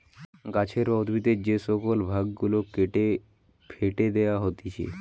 গাছের বা উদ্ভিদের যে শুকল ভাগ গুলা কেটে ফেটে দেয়া হতিছে